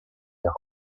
doch